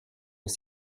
aux